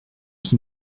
qui